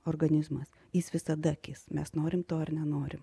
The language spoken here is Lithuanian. organizmas jis visada kis mes norim to ar nenorim